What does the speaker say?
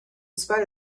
spite